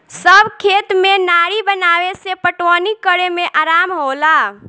सब खेत में नारी बनावे से पटवनी करे में आराम होला